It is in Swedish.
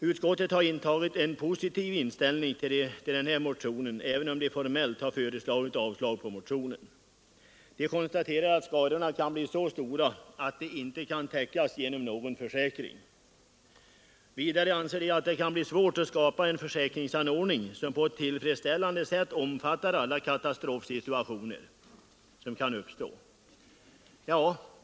Utskottet har visat en positiv inställning till motionen, även om det formellt yrkat avslag på den. Det konstaterar att skadorna kan bli så stora att de inte kan täckas genom någon försäkring. Vidare anser utskottet att det kan bli svårt att skapa en försäkringsanordning som på ett tillfredsställande sätt omfattar alla katastrofsituationer som kan uppstå.